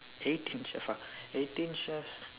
eighteen chefs ah eighteen chefs